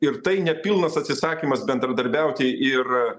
ir tai nepilnas atsisakymas bendradarbiauti ir